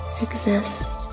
exists